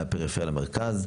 מהפריפריה למרכז,